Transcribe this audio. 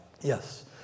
Yes